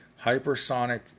Hypersonic